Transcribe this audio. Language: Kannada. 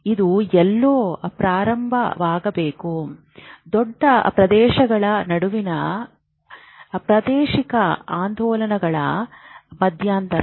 ಇದು ಎಲ್ಲೋ ಪ್ರಾರಂಭವಾಗಬೇಕು ದೊಡ್ಡ ಪ್ರದೇಶಗಳ ನಡುವಿನ ಪ್ರಾದೇಶಿಕ ಆಂದೋಲನಗಳ ಮಧ್ಯಂತರ